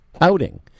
outing